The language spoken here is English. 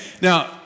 Now